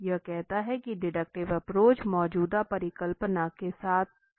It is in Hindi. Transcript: यह कहता है कि डिडक्टिव एप्रोच मौजूदा परिकल्पना के आधार पर विकसित होता है